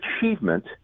achievement